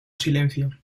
silencio